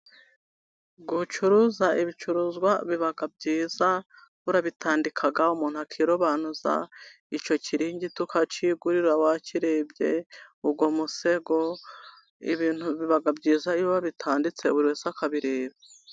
Gucuruza ibicuruzwa biba byiza urabitandika, umuntu akirobanuza icyo kiringiti ukakigurira wakirerebye, uwo musego, ibintu biba byiza iyo babitanditse buri wese akabireba.